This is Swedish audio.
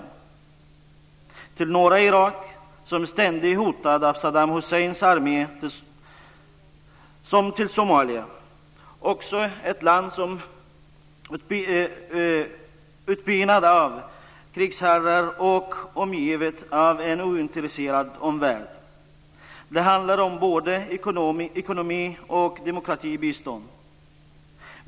Det handlar om bistånd till norra Irak, som är ständigt hotat av Saddam Husseins armé. Det handlar om bistånd till Somalia som också är ett land som har blivit pinat av krigsherrar och som är omgivet av en ointresserad omvärld. Det handlar om både ekonomiskt bistånd och demokratibistånd.